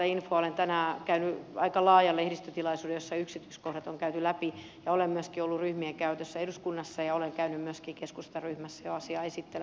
olen tänään käynyt aika laajan lehdistötilaisuuden jossa yksityiskohdat on käyty läpi ja olen myöskin ollut ryhmien käytössä eduskunnassa ja olen käynyt myöskin keskustan ryhmässä jo asiaa esittelemässä aikoinaan